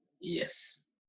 Yes